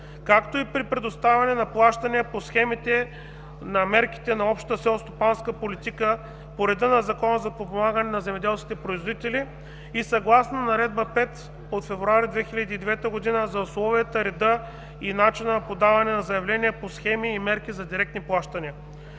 както и при предоставяне на плащания по схемите на мерките на общата селскостопанска политика по реда на Закона за подпомагане на земеделските производители и съгласно Наредба № 5 от месец февруари 2009 г. за условията и реда и начина на подаване на заявления по схеми и мерки за директни плащания.